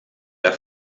der